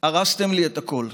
הרסתם לי את הכול,